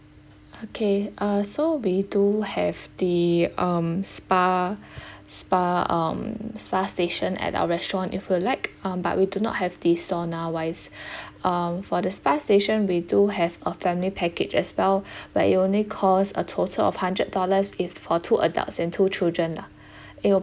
okay uh so they do have the um spa spa um spa station at our restaurant if you like um but we do not have the sauna wise uh for the spa station we do have a family package as well but it only cost a total of hundred dollars if for two adults and two children lah it'll